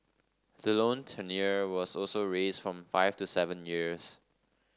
the loan tenure was also raised from five to seven years